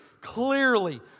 clearly